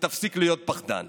ותפסיק להיות פחדן.